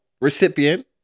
recipient